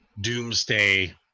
doomsday